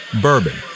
bourbon